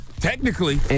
technically